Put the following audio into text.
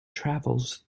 travels